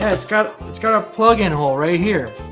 yeah it's got it's got a plug in hole right here.